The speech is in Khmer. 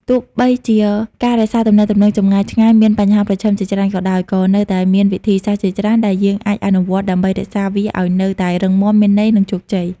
ទោះបីជាការរក្សាទំនាក់ទំនងចម្ងាយឆ្ងាយមានបញ្ហាប្រឈមជាច្រើនក៏ដោយ ក៏នៅតែមានវិធីសាស្រ្តជាច្រើនដែលយើងអាចអនុវត្តដើម្បីរក្សាវាឱ្យនៅតែរឹងមាំ មានន័យ និងជោគជ័យ។